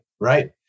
right